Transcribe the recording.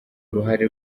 uruhare